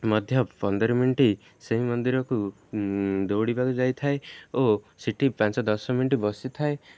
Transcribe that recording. ମଧ୍ୟ ପନ୍ଦର ମିନିଟ୍ ସେହି ମନ୍ଦିରକୁ ଦୌଡ଼ିବାକୁ ଯାଇଥାଏ ଓ ସେଠି ପାଞ୍ଚ ଦଶ ମିନିଟ୍ ବସିଥାଏ